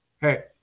Hey